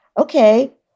okay